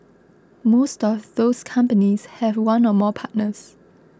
most of those companies have one or more partners